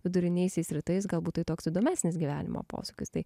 viduriniaisiais rytais galbūt toks įdomesnis gyvenimo posūkis tai